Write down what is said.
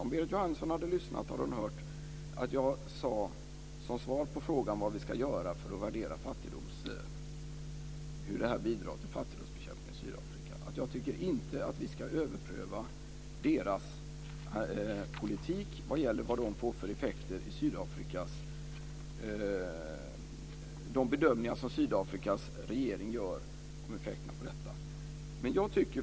Om Berit Jóhannesson hade lyssnat hade hon hört att jag sade, som svar på frågan om vad vi ska göra för att värdera hur det här bidrar till fattigdomsbekämpningen i Sydafrika, att jag inte tycker att vi ska överpröva deras politik när det gäller vad den får effekter, alltså de bedömningar som Sydafrikas regering gör om effekten av detta.